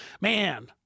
man